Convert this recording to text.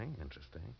interesting